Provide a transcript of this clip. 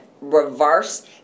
reverse